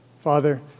Father